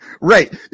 Right